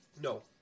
No